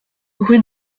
rue